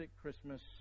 Christmas